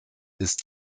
ist